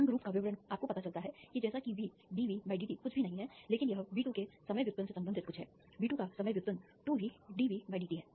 तरंग रूप का विवरण आपको पता चलता है कि जैसा कि VdVdt कुछ भी नहीं है लेकिन यह V2 के समय व्युत्पन्न से संबंधित कुछ है V2 का समय व्युत्पन्न 2VdVdt है